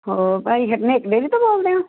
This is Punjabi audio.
ਹੋਰ ਭਾਅ ਜੀ ਸਨੇਕ ਡੇਰੀ ਤੋਂ ਬੋਲਦੇ ਓ